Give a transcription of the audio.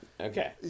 Okay